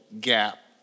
gap